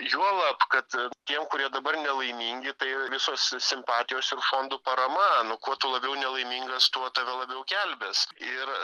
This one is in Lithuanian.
juolab kad tiem kurie dabar nelaimingi tai visos simpatijos ir fondų parama nu kuo tu labiau nelaimingas tuo tave labiau gelbės ir